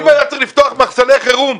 אם היה צריך לפתוח מחסני חירום,